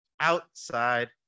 outside